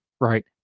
right